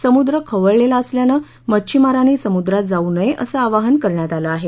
समुद्र खवळलेला असल्यानं मच्छिमारांनी समुद्रात जावू नये असे आवाहन करण्यात आलं आहे